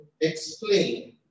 explain